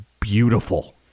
Beautiful